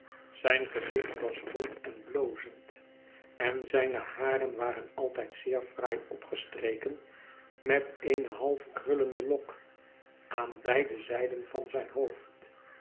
zijn gezicht was rond en blozend en zijne haren waren altijd zeer fraai opgestreken met eene half krullende lok aan beide zijden van zijn hoofd